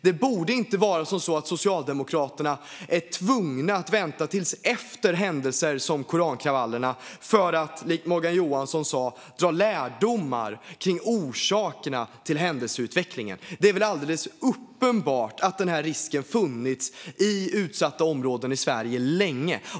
Det borde inte vara som så att Socialdemokraterna är tvungna att vänta till efter händelser som korankravallerna för att, som Morgan Johansson sa, dra lärdomar av orsakerna till händelseutvecklingen. Det är väl alldeles uppenbart att den här risken funnits i utsatta områden i Sverige länge.